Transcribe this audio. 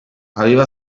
aveva